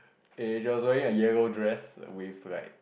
and she was wearing a yellow dress with like